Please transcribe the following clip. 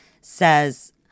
says